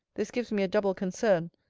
this gives me a double concern,